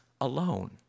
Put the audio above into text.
alone